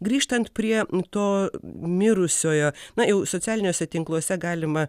grįžtant prie to mirusiojo na jau socialiniuose tinkluose galima